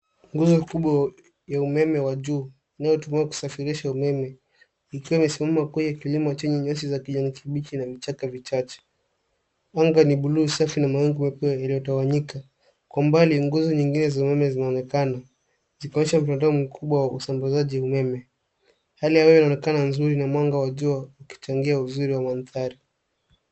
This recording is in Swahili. Nguzo kubwa ya umeme wa juu inayotumikakusafirisha umeme ikiwa imesimama kwenye kilima chenye nyasi za kijani kibichi na vichaka vichache. Anga ni buluu safi na mawingu meupe yaliotawanyika. Kwa mbali, nguzo zingine za umeme zinaonekana zikionyesha mkondo mkubwa wa usambazaji wa umeme. Hali ya hewa inaonekana nzuri na mwanga wa jua ukichangia uzuri wa mandhari.